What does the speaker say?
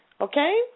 Okay